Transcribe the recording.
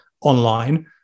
online